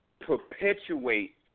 perpetuate